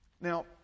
Now